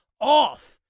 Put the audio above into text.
off